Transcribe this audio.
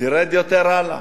ונרד הלאה,